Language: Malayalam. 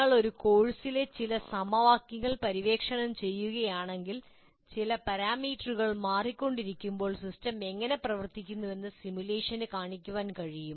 നിങ്ങൾ ഒരു കോഴ്സിലെ ചില സമവാക്യങ്ങൾ പര്യവേക്ഷണം ചെയ്യുകയാണെങ്കിൽ ചില പാരാമീറ്ററുകൾ മാറ്റിക്കൊണ്ടിരിക്കുമ്പോൾ സിസ്റ്റം എങ്ങനെ പ്രവർത്തിക്കുന്നുവെന്ന് സിമുലേഷന് കാണിക്കാൻ കഴിയും